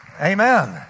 Amen